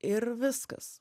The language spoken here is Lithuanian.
ir viskas